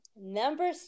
Number